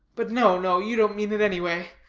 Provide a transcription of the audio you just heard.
but, no, no, you didn't mean it any way,